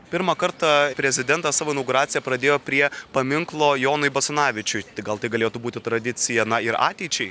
pirmą kartą prezidentas savo inauguraciją pradėjo prie paminklo jonui basanavičiui tai gal tai galėtų būti tradicija na ir ateičiai